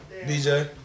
DJ